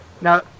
Now